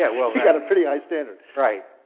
yeah you got a pretty high standard. right.